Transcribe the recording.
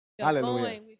Hallelujah